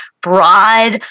broad